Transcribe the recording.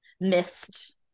missed